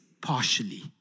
partially